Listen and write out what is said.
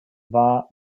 war